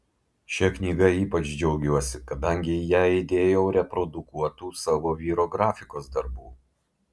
šia knyga ypač džiaugiuosi kadangi į ją įdėjau reprodukuotų savo vyro grafikos darbų